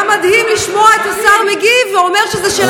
היה מדהים לשמוע את השר מגיב ואומר שזאת שאלה